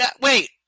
Wait